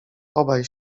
obaj